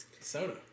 Soda